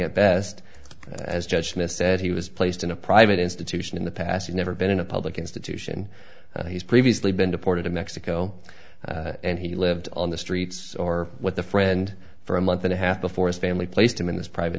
at best as judge smith said he was placed in a private institution in the past never been in a public institution and he's previously been deported to mexico and he lived on the streets or what the friend for a month and a half before his family placed him in this private